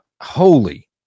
holy